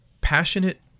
passionate